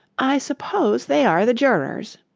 i suppose they are the jurors